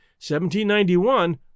1791